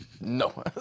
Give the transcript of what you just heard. No